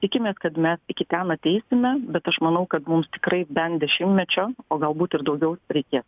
tikimės kad mes iki ten ateisime bet aš manau kad mums tikrai bent dešimtmečio o galbūt ir daugiau reikės